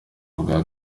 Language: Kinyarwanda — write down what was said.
bwa